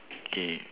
okay